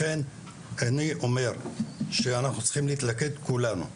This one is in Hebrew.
לכן אני אומר שאנחנו צריכים להתלכד כולנו,